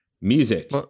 Music